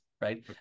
right